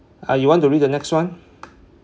uh you want to read the next one